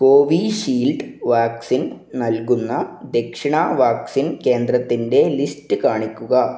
Covishield vaccine നൽകുന്ന ദക്ഷിണ vaccine കേന്ദ്രത്തിൻ്റെ ലിസ്റ്റ് കാണിക്കുക